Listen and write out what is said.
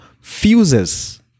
fuses